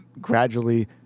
gradually